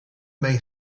may